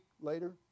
later